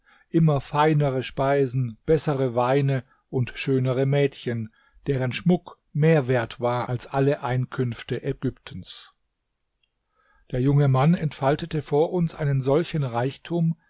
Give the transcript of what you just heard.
immer feinere speisen bessere weine und schönere mädchen deren schmuck mehr wert war als alle einkünfte ägyptens der junge mann entfaltete vor uns einen solchen reichtum